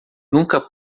nunca